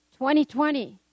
2020